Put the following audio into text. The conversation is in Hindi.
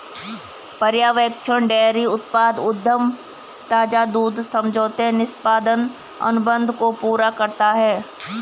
पर्यवेक्षण डेयरी उत्पाद उद्यम ताजा दूध समझौते निष्पादन अनुबंध को पूरा करता है